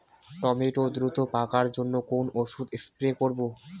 Tomato দ্রুত পাকার জন্য কোন ওষুধ স্প্রে করব?